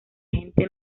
gente